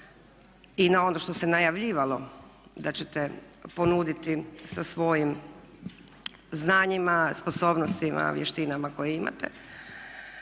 i na ono što se najavljivalo da ćete ponuditi sa svojim znanjima, sposobnostima, vještinama koje imate.